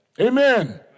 Amen